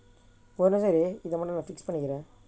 பொறுமையா இரு நா:porumaiyaa iru naa fix பண்ணி தரேன்:panni tharaen